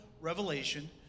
revelation